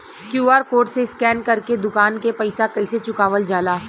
QR code से scan कर के दुकान के पैसा कैसे चुकावल जाला?